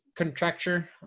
contracture